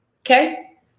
Okay